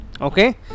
Okay